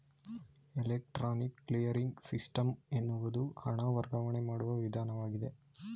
electronic clearing system ಎನ್ನುವುದು ಹಣ ವರ್ಗಾವಣೆ ಮಾಡುವ ವಿಧಾನವಾಗಿದೆ